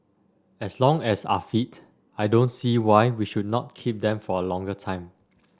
as long as are fit I don't see why we should not keep them for a longer time